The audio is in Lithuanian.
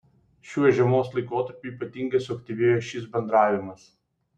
šiuo žiemos laikotarpiu ypatingai suaktyvėjo šis bendravimas